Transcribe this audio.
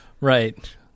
right